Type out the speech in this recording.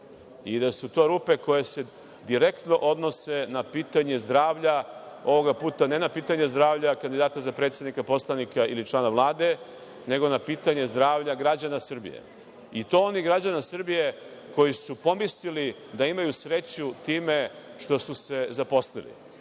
i da su to rupe koje se direktno odnose na pitanje zdravlja, ovoga puta ne na pitanje zdravlja kandidata za predsednika, poslanika ili člana Vlade, nego na pitanje zdravlja građana Srbije, i to onih građana Srbije koji su pomislili da imaju sreću time što su se zaposlili,